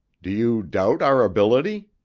do you doubt our ability?